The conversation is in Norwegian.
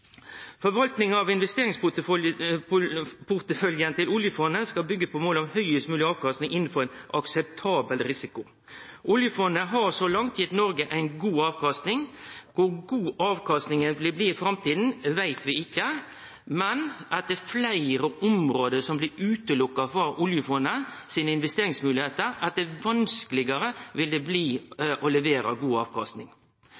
til oljefondet skal byggje på målet om høgast mogleg avkastning innanfor ein akseptabel risiko. Oljefondet har så langt gitt Noreg ei god avkastning. Kor god avkastninga vil bli i framtida, veit vi ikkje, men dess fleire område som blir trekte ut av oljefondets investeringsmoglegheiter, dess vanskelegare vil det bli